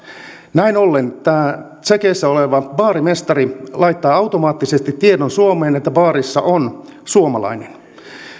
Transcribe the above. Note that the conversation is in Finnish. näin ollen tämä tsekissä oleva baarimestari laittaa automaattisesti tiedon suomeen että baarissa on suomalainen